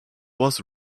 was